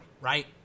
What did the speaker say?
right